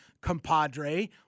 compadre